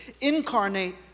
incarnate